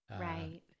Right